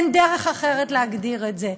אין דרך אחרת להגדיר את זה.